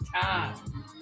time